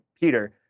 Peter